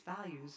values